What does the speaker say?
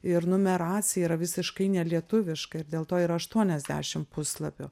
ir numeracija yra visiškai nelietuviška dėl to yra aštuoniasdešim puslapių